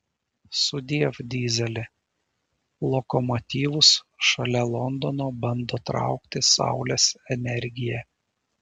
sudiev dyzeli lokomotyvus šalia londono bando traukti saulės energija